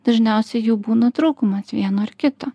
dažniausiai jų būna trūkumas vieno ar kito